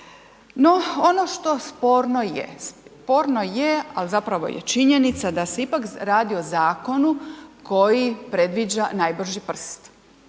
sporno je, sporno je, ali zapravo je činjenica da se ipak radi o zakonu koji predviđa najbrži prst.